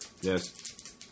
Yes